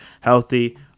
healthy